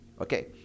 okay